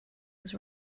was